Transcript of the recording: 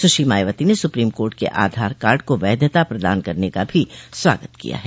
सुश्री मायावती ने supreme court के Aadhaar card को वैधता प्रदान करने का भी स्वागत किया है